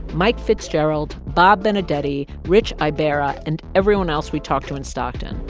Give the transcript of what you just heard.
mike fitzgerald, bob benedetti, rich ibarra and everyone else we talked to in stockton,